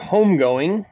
Homegoing